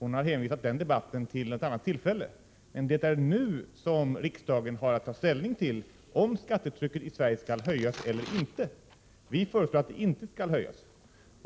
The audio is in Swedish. Hon har hänvisat den debatten till ett annat tillfälle. Men det är nu riksdagen har att ta ställning till om skattetrycket i Sverige skall höjas eller inte. Vi föreslår att det inte skall höjas.